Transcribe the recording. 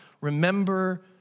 remember